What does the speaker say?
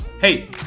hey